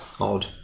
odd